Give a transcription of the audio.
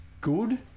good